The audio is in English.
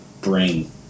bring